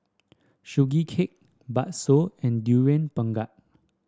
Sugee Cake bakso and Durian Pengat